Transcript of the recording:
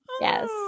yes